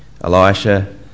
Elisha